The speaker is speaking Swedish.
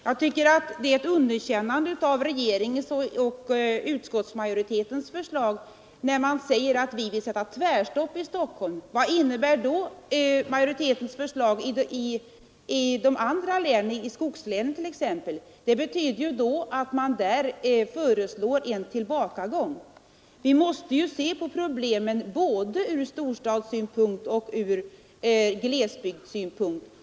Jag tycker det är ett underkännande av regeringens och utskottsmajoritetens förslag när man säger att vi vill sätta tvärstopp i Stockholm. Vad innebär då majoritetens förslag i de andra länen, exempelvis skogslänen? Det måste ju betyda att man där föreslår en tillbakagång. Vi måste se på problemen både ur storstadssynpunkt och ur glesbygdssynpunkt.